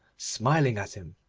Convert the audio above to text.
smiling at him.